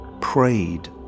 Prayed